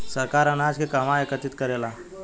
सरकार अनाज के कहवा एकत्रित करेला?